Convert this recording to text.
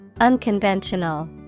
Unconventional